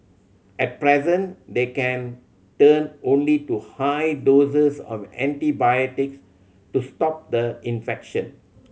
at present they can turn only to high doses of antibiotics to stop the infection